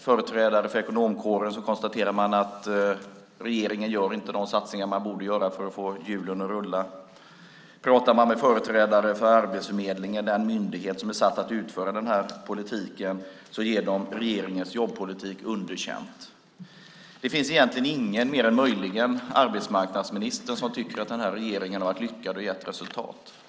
Företrädare för ekonomkåren konstaterar att regeringen inte gör de satsningar som den borde göra för att få hjulen att rulla. Pratar man med företrädare för Arbetsförmedlingen, den myndighet som är satt utföra den här politiken, får man veta att de ger regeringens jobbpolitik underkänt. Det finns egentligen ingen, mer än möjligen arbetsmarknadsministern, som tycker att den här regeringens arbete har varit lyckat och gett resultat.